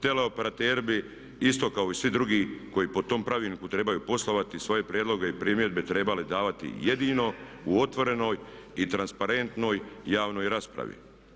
Teleoperateri bi isto kao i svi drugi koji po tom pravilniku trebaju poslovati svoje prijedloge i primjedbe trebali davati jedino u otvorenoj i transparentnoj javnoj raspravi.